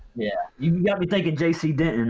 yeah, you got me thinking jc denton